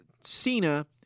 Cena